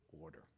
order